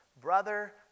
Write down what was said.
brother